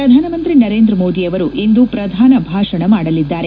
ಪ್ರಧಾನಮಂತ್ರಿ ನರೇಂದ್ರ ಮೋದಿ ಆವರು ಇಂದು ಪ್ರಧಾನ ಭಾಷಣ ಮಾಡಲಿದ್ದಾರೆ